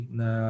na